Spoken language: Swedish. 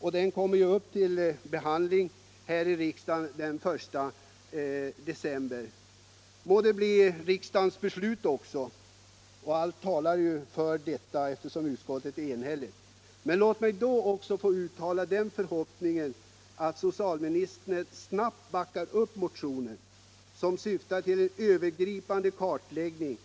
Betänkandet kommer upp till behandling här i kammaren den 1 december. Må det som socialutskottet föreslår också bli riksdagens beslut — allt talar för det, eftersom utskottet är enigt. Låt mig till sist uttala förhoppningen att socialministern snabbt backar upp motionen, som syftar till den övergripande kartläggning